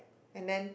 and then